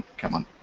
come on.